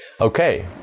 Okay